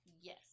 Yes